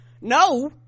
No